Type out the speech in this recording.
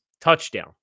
touchdown